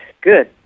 good